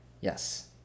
Yes